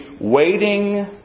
waiting